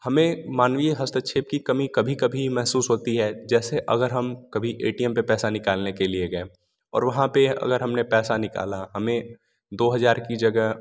हमें मानवीय हस्तक्षेप की कमी कभी कभी महसूस होती है जैसे कभी ए टी एम पे पैसा निकालने के लिए गए और वहाँ पे अगर हमने पैसा निकाला हमें दो हज़ार की जगह